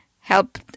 helped